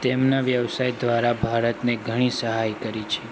તેમના વ્યવસાય દ્વારા ભારતને ઘણી સહાય કરી છે